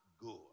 good